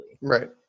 right